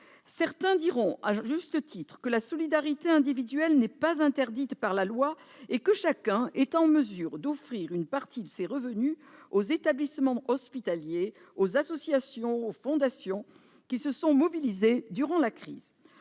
Certains diront, à juste titre, que la solidarité individuelle n'est pas interdite par la loi et que chacun est en mesure d'offrir une partie de ses revenus aux établissements hospitaliers, aux associations, aux fondations qui se sont mobilisés durant la crise.